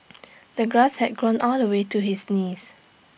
the grass had grown all the way to his knees